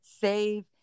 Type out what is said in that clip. save